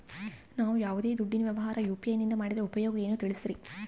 ನಾವು ಯಾವ್ದೇ ದುಡ್ಡಿನ ವ್ಯವಹಾರ ಯು.ಪಿ.ಐ ನಿಂದ ಮಾಡಿದ್ರೆ ಉಪಯೋಗ ಏನು ತಿಳಿಸ್ರಿ?